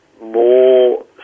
more